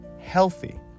healthy